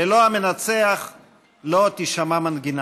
ללא המנצח לא תישמע מנגינה,